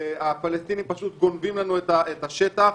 הפלסטינים פשוט גונבים לנו את השטח,